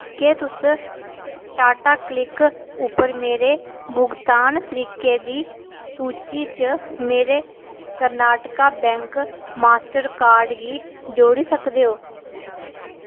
केह् तुस टाटाक्लिक उप्पर मेरे भुगतान तरीकें दी सूची च मेरे कर्नाटक बैंक मास्टर कार्ड गी जोड़ी सकदे ओ